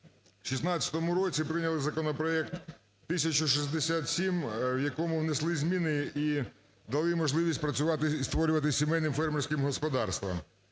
в 2016 році прийняли законопроект 1067, в якому внесли зміни і дали можливість працювати і створювати сімейні фермерські господарства.